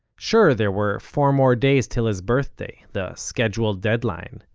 sure, there were four more days till his birthday, the scheduled deadline,